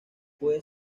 puede